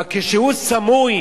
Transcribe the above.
אבל כשהוא סמוי